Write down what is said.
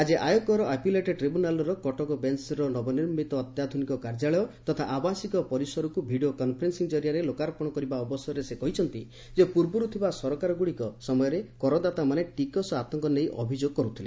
ଆକି ଆୟକର ଆପିଲେଟ୍ ଟ୍ରିବ୍ୟୁନାଲର କଟକ ବେଞ୍ଚର ନବନିର୍ମିତ ଅତ୍ୟାଧୁନିକ କାର୍ଯ୍ୟାଳୟ ତଥା ଆବାସିକ ପରିସରକୁ ଭିଡିଓ କନଫରେନ୍ସିଂ ଜରିଆରେ ଲୋକାର୍ପଣ କରିବା ଅବସରରେ ସେ କହିଛନ୍ତି ଯେ ପୂର୍ବରୁ ଥିବା ସରକାରଗୁଡିକ ସମୟରେ କରଦାତାମାନେ ଟିକସ ଆତଙ୍କ ନେଇ ଅଭିଯୋଗ କରୁଥିଲେ